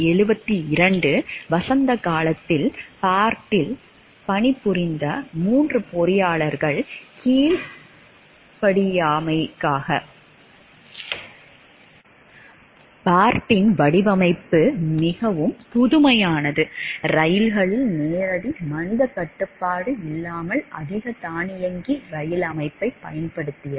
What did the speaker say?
1972 வசந்த காலத்தில் பார்ட்டில் பணிபுரிந்த 3 பொறியாளர்கள் கீழ்ப்படியாமைக்காக பணிநீக்கம் செய்யப்பட்டனர்